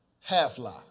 Half-lie